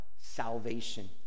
salvation